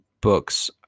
books